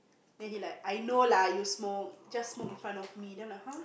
then he like I know lah you smoke just smoke in front of me then I'm like [huh]